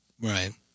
Right